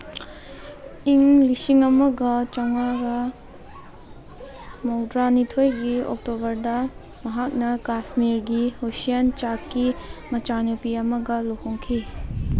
ꯏꯪ ꯂꯤꯁꯤꯡ ꯑꯃꯒ ꯆꯝꯉꯥꯒ ꯃꯧꯗ꯭ꯔꯥꯅꯤꯊꯣꯏꯒꯤ ꯑꯣꯛꯇꯣꯕꯔꯗ ꯃꯍꯥꯛꯅ ꯀꯥꯁꯃꯤꯔꯒꯤ ꯍꯨꯏꯁꯤꯌꯥꯟ ꯆꯥꯛꯀꯤ ꯃꯆꯥꯅꯨꯄꯤ ꯑꯃꯒ ꯂꯨꯍꯣꯡꯈꯤ